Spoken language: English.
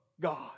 God